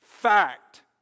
Fact